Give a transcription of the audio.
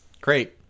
Great